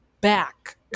back